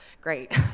great